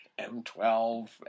M12